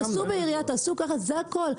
זה הכל.